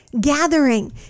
gathering